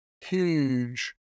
huge